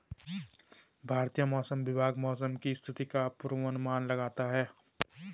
भारतीय मौसम विभाग मौसम की स्थिति का पूर्वानुमान करता है